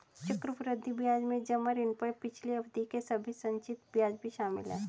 चक्रवृद्धि ब्याज में जमा ऋण पर पिछली अवधि के सभी संचित ब्याज भी शामिल हैं